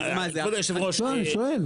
לא, אני שואל.